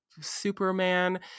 Superman